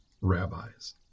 rabbis